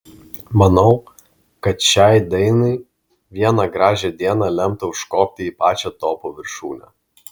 manau kad šiai dainai vieną gražią dieną lemta užkopti į pačią topų viršūnę